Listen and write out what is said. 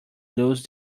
lose